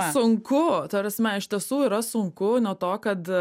sunku ta prasme iš tiesų yra sunku nuo to kad